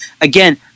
Again